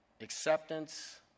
Acceptance